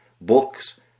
books